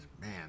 Man